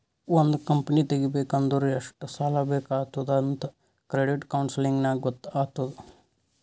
ಒಂದ್ ಕಂಪನಿ ತೆಗಿಬೇಕ್ ಅಂದುರ್ ಎಷ್ಟ್ ಸಾಲಾ ಬೇಕ್ ಆತ್ತುದ್ ಅಂತ್ ಕ್ರೆಡಿಟ್ ಕೌನ್ಸಲಿಂಗ್ ನಾಗ್ ಗೊತ್ತ್ ಆತ್ತುದ್